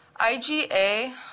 IGA